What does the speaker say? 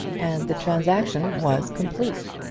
and the transaction was complete.